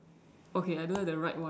okay I don't have the right one